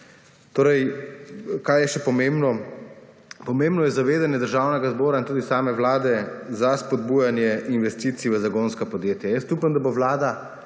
Torej, kaj je še pomembno? Pomembno je zavedanje Državnega zbora in tudi same Vlade za spodbujanje investicij v zagonska podjetja. Jaz upam, da bo Vlada